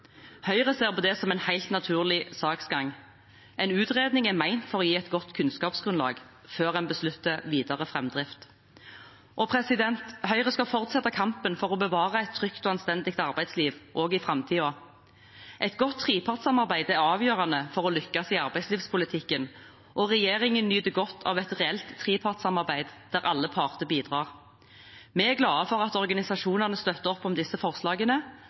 Høyre ser på det siste som en helt naturlig saksgang. En utredning er ment for å gi et godt kunnskapsgrunnlag før man beslutter videre framdrift. Høyre skal fortsette kampen for å bevare et trygt og anstendig arbeidsliv også i framtiden. Et godt trepartssamarbeid er avgjørende for å lykkes i arbeidslivspolitikken, og regjeringen nyter godt av et reelt trepartssamarbeid der alle parter bidrar. Vi er glade for at alle organisasjonene støtter opp om disse forslagene,